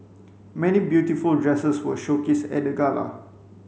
many beautiful dresses were showcased at the gala